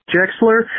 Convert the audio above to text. Jexler